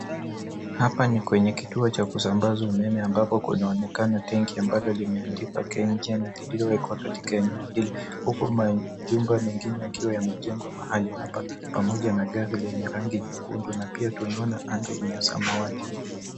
Hapa ni kwenye kitio cha kusambaza umeme ambapo kunaonekana tenki ambalo limeandikwa KenGen lililowekwa katika eneo hili, huku majumba mengine yakiwa yamejengwa mahali hapa pamoja na gari lenye rangi nyekundu na pia tunaona anga ni ya samawati.